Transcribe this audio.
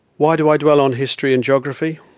why do i dwell on history and geography?